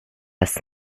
das